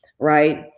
right